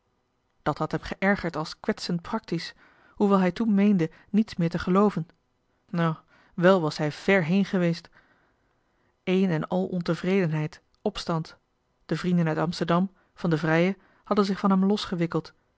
dat had hem geërgerd als kwetsend praktisch hoewel hij toen meende niets meer te gelooven o wel was hij ver heen geweest een en al ontevredenheid opstand de vrienden uit amsterdam van de vrije hadden zich van hem losgewikkeld